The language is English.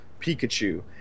Pikachu